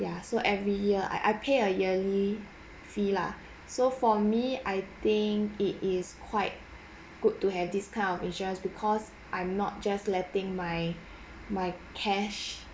ya so every year I I pay a yearly fee lah so for me I think it is quite good to have this kind of insurance because I'm not just letting my my cash